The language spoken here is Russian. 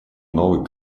новой